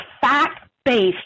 fact-based